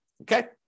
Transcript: okay